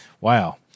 Wow